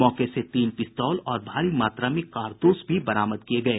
मौके से तीन पिस्तौल और भारी मात्रा में कारतूस भी बरामद किये गये